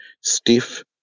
stiff